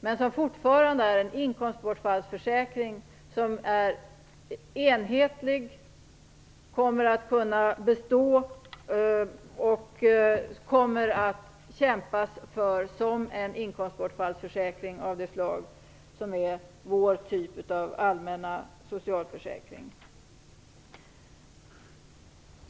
Det är dock fortfarande en enhetlig inkomstbortfallsförsäkring, som kommer att kunna bestå, och vi kommer att kämpa för denna inkomstbortfallsförsäkring, som är vår typ av allmän socialförsäkring.